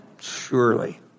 Surely